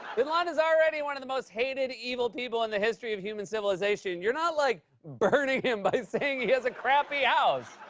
bin laden's already one of the most hated evil people in the history of human civilization. you're not, like, burning him by saying he has a crappy house.